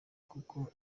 kuko